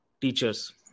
teachers